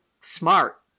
smart